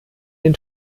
den